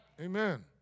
Amen